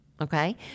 okay